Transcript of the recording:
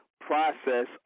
process